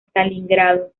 stalingrado